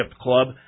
club